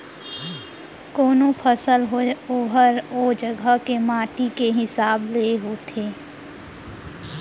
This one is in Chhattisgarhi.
कोनों फसल होय ओहर ओ जघा के माटी के हिसाब ले होथे